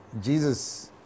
Jesus